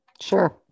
Sure